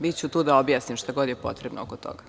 Biću tu da objasnim šta god je potrebno oko toga.